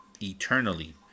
eternally